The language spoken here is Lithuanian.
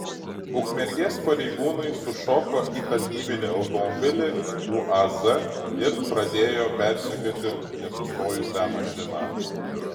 ukmergės pareigūnai sušoko į tarnybinį automobilį uaz ir pradėjo persekioti nesustojusią mašiną